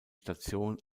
station